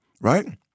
right